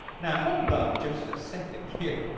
now hold on just a second here!